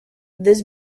this